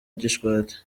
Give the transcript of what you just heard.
gishwati